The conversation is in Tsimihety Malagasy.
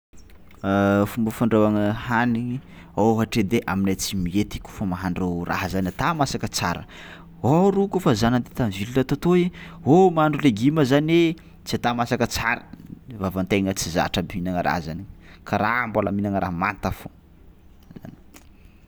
Fomba fandrahoagna hanigny ôhatra edy ai aminay tsimihety kaofa mahandro raha zany ata masaka tsara or o kaofa za nandia tam'ville ta toy, oh mahandry legioma zany e tsy ata masaka tsara, vavan-tegna tsy zatra mpihinagna raha zany, karaha mbola mihinagna raha manta fao.